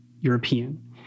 European